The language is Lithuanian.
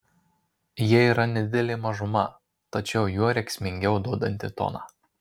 jie yra nedidelė mažuma tačiau juo rėksmingiau duodanti toną